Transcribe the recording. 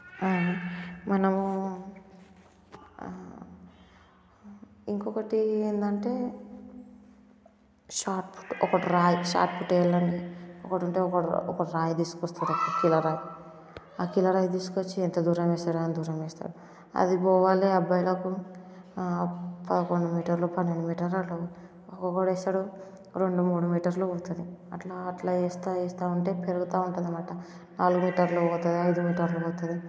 మనము ఇంకొకటి ఏందంటే షాప్ ఒకటిరా షాప్కి ఇట్టా వెళ్ళండి ఒకడు ఉంటే ఒకడు ఒకడు రాయి తీసుకొని వస్తాడు కిలరాయి ఆ కిలరాయి తీసుకొని ఎంత దూరం వేస్తారో అంత దూరం వేస్తారు అది పోవాలి అబ్బాయిలకు పదకొండు మీటర్లు పన్నెండు మీటర్లు వేస్తారు ఒక్కొక్కడు వేస్తాడు రెండు మూడు మీటర్లు పడుతుంది అట్లా అట్లా వేస్తూ వేస్తూవుంటే పెరుగుతూ ఉంటుంది అనమాట నాలుగు మీటర్లు పోతుంది ఐదు మీటర్లు పోతుంది